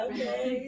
Okay